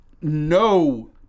no